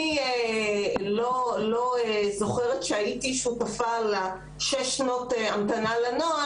אני לא זוכרת שהייתי שותפה לשש שנות המתנה לנוהל